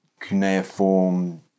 cuneiform